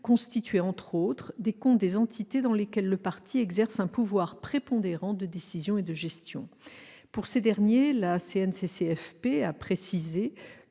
constitués », entre autres, « des comptes des entités dans lesquelles le parti exerce un pouvoir prépondérant de décision ou de gestion ». La CNCCFP précise